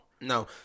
No